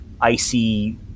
icy